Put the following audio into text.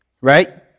right